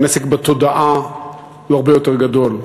הנזק בתודעה הוא הרבה יותר גדול,